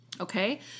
Okay